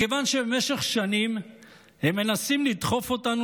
מכיוון שבמשך שנים הם מנסים לדחוף אותנו